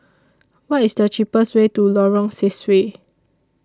What IS The cheapest Way to Lorong Sesuai